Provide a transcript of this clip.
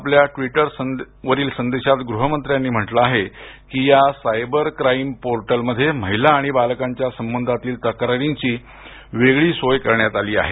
आपल्या ट्वीटर वरील संदेशात गृह मंत्र्यांनी म्हटलं आहे की या सायबर क्राईम पोर्टलमध्ये महिला आणि बालकांच्या संबधातील तक्रारींची वेगळी सोय करण्यात आली आहे